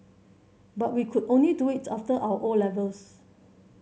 but we could only do it after our O levels